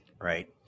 right